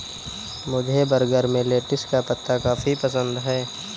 मुझे बर्गर में लेटिस का पत्ता काफी पसंद है